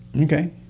Okay